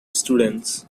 students